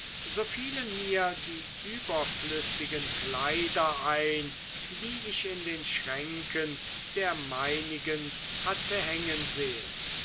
so fielen mir die überflüssigen kleider ein die ich in den schränken der meinigen hatte hängen sehen